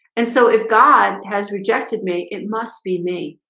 and so if god has rejected me, it must be me,